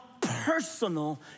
personal